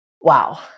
Wow